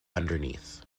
underneath